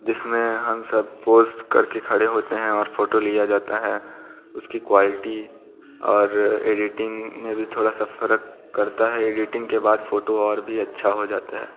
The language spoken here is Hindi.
जिसमें हम सब पोज़ कर के खड़े होते हैं और फ़ोटो लिया जाता हैं उसकी क्वालिटी और एडिटिंग में भी थोड़ा सा फ़र्क करता है एडिटिंग के बाद फ़ोटो और भी अच्छा हो जाता हैं